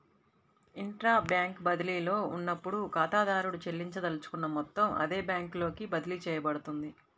intra bank బదిలీలో ఉన్నప్పుడు, ఖాతాదారుడు చెల్లించదలుచుకున్న మొత్తం అదే బ్యాంకులోకి బదిలీ చేయబడుతుంది